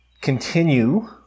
continue